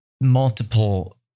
multiple